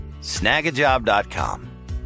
Snagajob.com